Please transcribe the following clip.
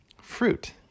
fruit